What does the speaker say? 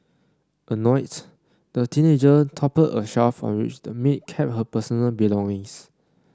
annoys the teenager toppled a shelf on which the maid kept her personal belongings